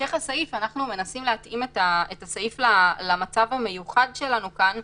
בהמשך הסעיף אנחנו מנסים להתאים את הסעיף למצב המיוחד שלנו כאן.